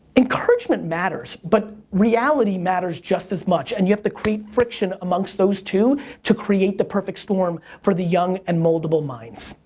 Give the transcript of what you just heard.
encouragement matters, but reality matters just as much. and you have to create friction amongst those two to create the perfect storm for the young and moldable minds.